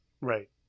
Right